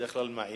בדרך כלל, מעיר.